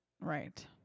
right